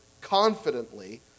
confidently